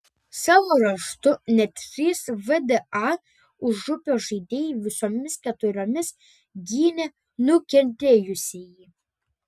savo ruožtu net trys vda užupio žaidėjai visomis keturiomis gynė nukentėjusįjį